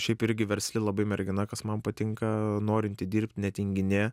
šiaip irgi versli labai mergina kas man patinka norinti dirbt ne tinginė